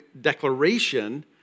declaration